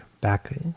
back